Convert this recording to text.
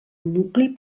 nucli